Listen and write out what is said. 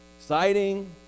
exciting